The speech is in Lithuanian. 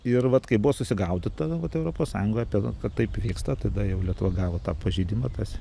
ir vat kai buvo susigaudyta vat europos sąjungoje kad taip vyksta tada jau lietuva gavo tą pažeidimą tas